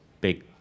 big